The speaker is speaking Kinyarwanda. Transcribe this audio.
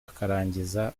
akarangiza